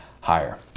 higher